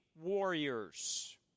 warriors